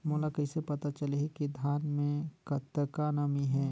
मोला कइसे पता चलही की धान मे कतका नमी हे?